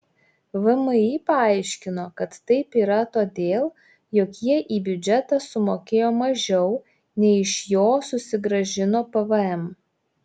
vmi paaiškino kad taip yra todėl jog jie į biudžetą sumokėjo mažiau nei iš jo susigrąžino pvm